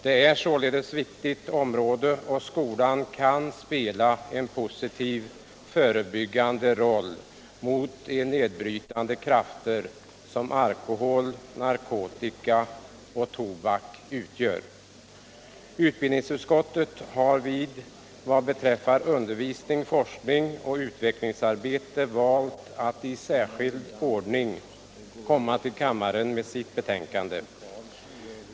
Det gäller således ett viktigt område, och skolan kan spela en positiv förebyggande roll mot de nedbrytande krafter som alkohol, narkotika och tobak utgör. Utbildningsutskottiet har vad beträffar undervisning, forskning och utvecklingsarbete valt att i särskild ordning komma till kammaren med sitt betänkande.